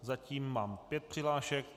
Zatím mám pět přihlášek.